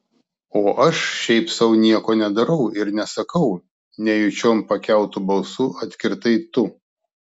o aš šiaip sau nieko nedarau ir nesakau nejučiom pakeltu balsu atkirtai tu